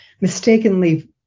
mistakenly